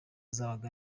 zabaga